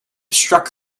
struck